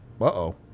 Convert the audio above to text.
Uh-oh